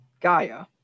Gaia